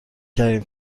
کردیم